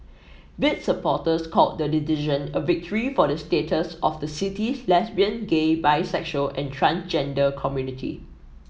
bid supporters called the decision a victory for the status of the city's lesbian gay bisexual and transgender community